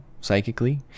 psychically